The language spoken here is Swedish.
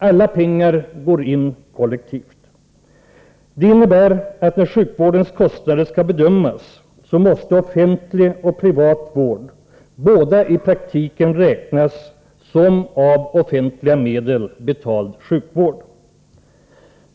Alla pengar går in kollektivt. Det innebär att när sjukvårdens kostnader skall bedömas måste både offentlig och privat vård i praktiken räknas som av offentliga medel betald sjukvård.